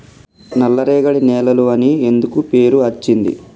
నల్లరేగడి నేలలు అని ఎందుకు పేరు అచ్చింది?